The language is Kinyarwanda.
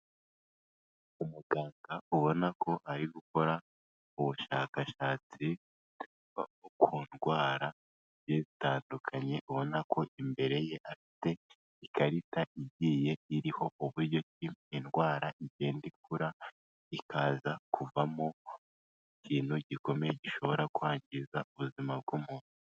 Umuganga ubona ko ari gukora ubushakashatsi ku ndwara zigiye zitandukanye ubona ko imbere ye afite ikarita igiye iriho uburyo indwara igenda ikura, ikaza kuvamo ikintu gikomeye gishobora kwangiza ubuzima bw'umuntu.